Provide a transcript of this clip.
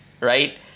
right